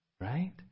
Right